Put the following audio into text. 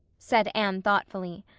said anne thoughtfully.